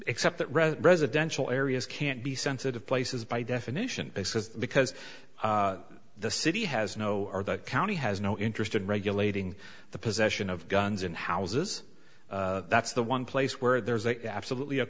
except that residential areas can't be sensitive places by definition because the city has no or the county has no interest in regulating the possession of guns and houses that's the one place where there's a absolutely a